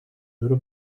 duro